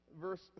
verse